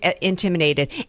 intimidated